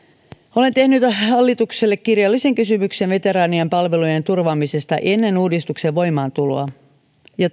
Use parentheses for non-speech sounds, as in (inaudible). olen tehnyt hallitukselle kirjallisen kysymyksen veteraanien palvelujen turvaamisesta ennen uudistuksen voimaantuloa ja (unintelligible)